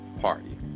party